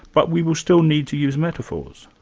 but we will still need to use metaphors.